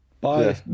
bye